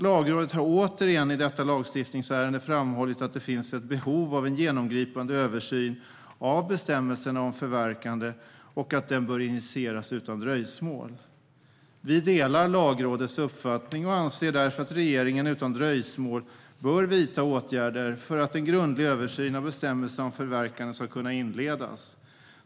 Lagrådet har återigen i detta lagstiftningsärende framhållit att det finns ett behov av en genomgripande översyn av bestämmelserna om förverkande och att den bör initieras utan dröjsmål. Vi delar Lagrådets uppfattning och anser därför att regeringen utan dröjsmål bör vidta åtgärder för att en grundlig översyn av bestämmelserna om förverkande ska kunna inledas.